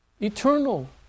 eternal